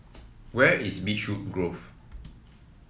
where is Beechwood Grove